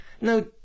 no